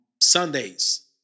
Sundays